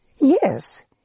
Yes